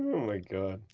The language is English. oh my god.